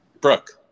Brooke